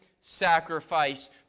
sacrifice